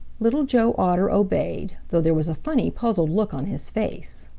little joe otter obeyed, though there was a funny, puzzled look on his face.